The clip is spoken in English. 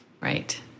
Right